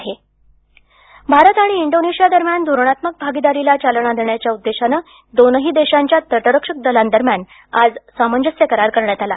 Bharat Indonesia करार भारत आणि Indonesia दरम्यान धोरणात्मक भागीदारीला चालना देण्याच्या उद्देशानं दोनही देशांच्या तटरक्षक दलांदरम्यान आज सामंजस्य करार करण्यात आला